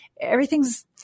everything's